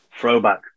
throwback